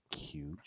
huge